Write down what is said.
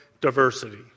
diversity